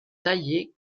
taillées